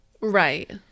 Right